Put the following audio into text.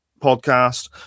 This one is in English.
podcast